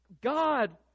God